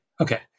Okay